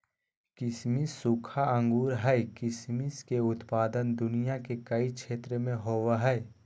किसमिस सूखा अंगूर हइ किसमिस के उत्पादन दुनिया के कई क्षेत्र में होबैय हइ